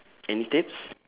any tips